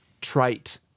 trite